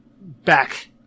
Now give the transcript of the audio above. back